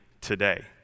today